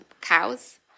cows